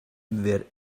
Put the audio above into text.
wer